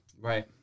right